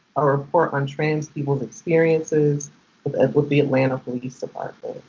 a report on trans people's experiences with the atlanta police department.